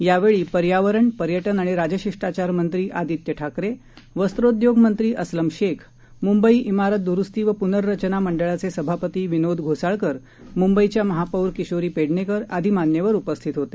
यावेळी पर्यावरण पर्यटन आणि राजशिष्टाचार मंत्री आदित्य ठाकरे वस्त्रोद्योग मंत्री अस्लम शेख मुंबई मारत दुरुस्ती आणि पुनर्रचना मंडळाचे सभापती विनोद घोसाळकर मुंबईच्या महापौर किशोरी पेडणेकर आदी मान्यवर उपस्थित होते